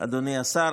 אדוני השר,